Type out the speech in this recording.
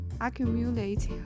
accumulate